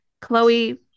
Chloe